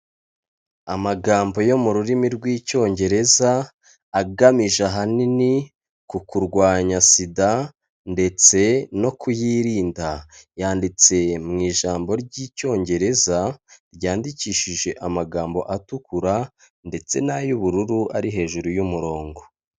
Amagambo yo mu rurimi rw'icyongereza, agamije ahanini ku kurwanya SIDA ndetse no kuyirinda, yanditse mu ijambo ry'icyongereza ryandikishije amagambo atukura, ndetse n'ay'ubururu ari hejuru y'umurongo.